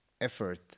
effort